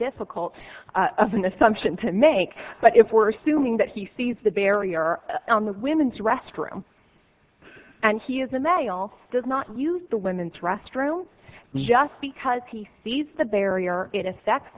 difficult of an assumption to make but if we're seung that he sees the barrier on the women's restroom and he is a metal does not use the women's restroom just because he sees the barrier it affects